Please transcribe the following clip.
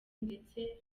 ndetse